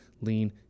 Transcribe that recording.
lean